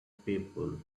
people